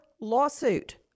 lawsuit